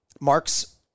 Mark's